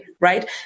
right